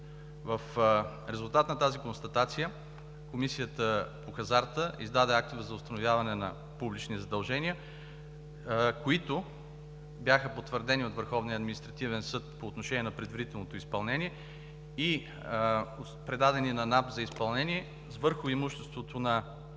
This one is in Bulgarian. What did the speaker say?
В резултат на тази констатация Комисията по хазарта издаде актове за установяване на публични задължения, които бяха потвърдени от Върховния административен съд по отношение на предварителното изпълнение и предадени на НАП за изпълнение. Върху имуществото на